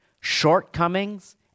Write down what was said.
shortcomings